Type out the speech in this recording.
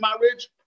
marriage